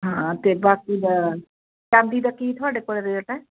ਹਾਂ ਅਤੇ ਬਾਕੀ ਦਾ ਚਾਂਦੀ ਦਾ ਕੀ ਤੁਹਾਡੇ ਕੋਲ ਰੇਟ ਹੈ